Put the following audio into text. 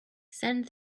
send